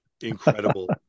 incredible